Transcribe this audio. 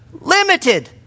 Limited